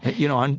you know, and